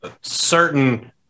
certain